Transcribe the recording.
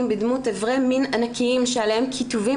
בדמות אברי מין ענקיים שעליהם כיתובים